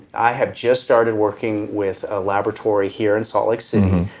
i have just started working with a laboratory here in salt lake city.